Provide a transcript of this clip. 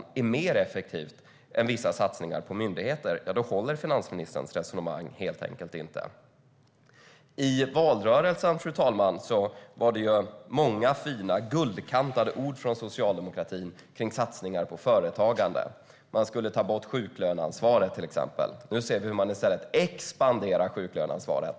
Om man tror att det är mer effektivt än vissa satsningar på myndigheter håller helt enkelt inte finansministerns resonemang. I valrörelsen, fru talman, var det många fina guldkantade ord från socialdemokratin kring satsningar på företagande. Man skulle ta bort sjuklöneansvaret, till exempel. Nu ser vi hur man i stället expanderar sjuklöneansvaret.